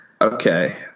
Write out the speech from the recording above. Okay